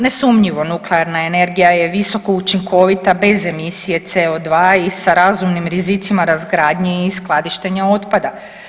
Nesumnjivo, nuklearna energija je visokoučinkovita bez emisije CO2 i sa razumnim rizicima razgradnje i skladištenja otpada.